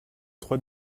trois